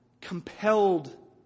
compelled